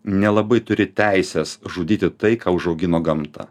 nelabai turi teisės žudyti tai ką užaugino gamta